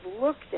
looked